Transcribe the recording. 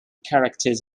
characters